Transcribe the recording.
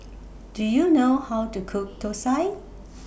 Do YOU know How to Cook Thosai